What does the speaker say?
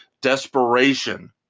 desperation